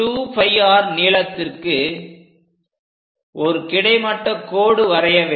2πr நீளத்திற்கு ஒரு கிடைமட்ட கோடு வரைய வேண்டும்